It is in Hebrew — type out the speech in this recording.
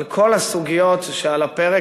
על כל הסוגיות שעל הפרק,